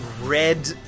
red